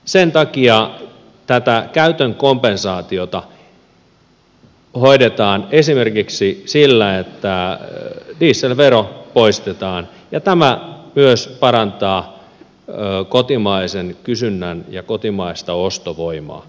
sen takia tätä käytön kompensaatiota hoidetaan esimerkiksi sillä että dieselvero poistetaan ja tämä myös parantaa kotimaista kysyntää ja kotimaista ostovoimaa